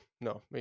no